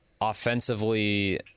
Offensively